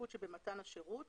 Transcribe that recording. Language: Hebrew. שבמתן השירות